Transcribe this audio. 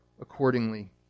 accordingly